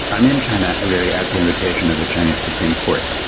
i'm in china really at the invitation of the chinese supreme court.